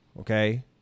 okay